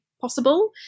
possible